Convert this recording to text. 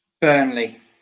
Burnley